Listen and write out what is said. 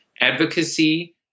advocacy